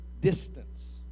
distance